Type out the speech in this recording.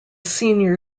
senior